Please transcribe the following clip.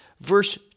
verse